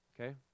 Okay